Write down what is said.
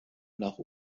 nach